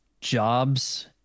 jobs